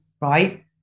right